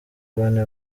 bane